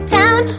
town